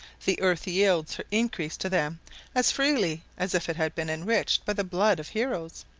the earth yields her increase to them as freely as if it had been enriched by the blood of heroes.